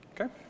Okay